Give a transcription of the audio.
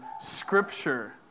Scripture